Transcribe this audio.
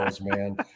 man